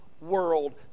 world